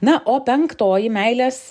na o penktoji meilės